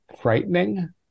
frightening